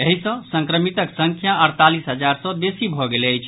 एहि सँ संक्रमितक संख्या अड़तालीस हजार सँ बेसी भऽ गेल अछि